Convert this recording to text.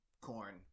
corn